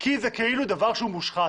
כי כאילו זה דבר שהוא מושחת,